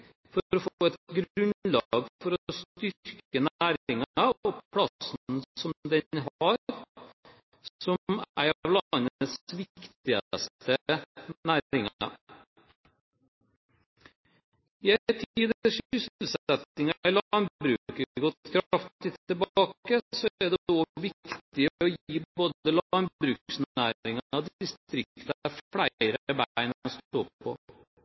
for å få et grunnlag for å styrke næringen og plassen den har som en av landets viktigste næringer. I en tid der sysselsettingen i landbruket har gått kraftig tilbake, er det også viktig å gi både landbruksnæringen og distriktene flere bein å stå på.